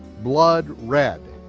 blood red.